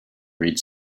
read